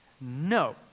No